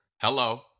hello